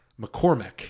McCormick